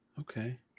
Okay